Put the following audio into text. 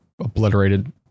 obliterated